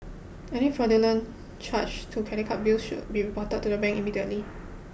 any fraudulent charges to credit card bills should be reported to the bank immediately